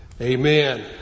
amen